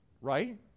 right